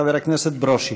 חבר הכנסת ברושי.